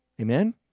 Amen